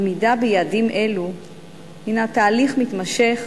עמידה ביעדים אלה הינה תהליך מתמשך